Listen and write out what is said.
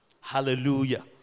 Hallelujah